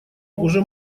уже